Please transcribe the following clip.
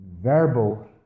verbal